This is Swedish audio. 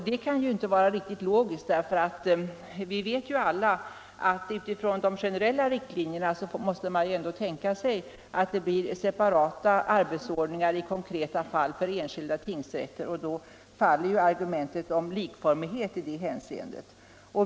Det kan ju inte vara riktigt logiskt, för vi vet alla att utifrån de generella riktlinjerna måste man ändå tänka sig att det blir separata arbetsordningar i konkreta fall för enskilda tingsrätter. Därmed faller ju argumentet om likformighet i det hänseendet.